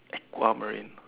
aquamarine